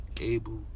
able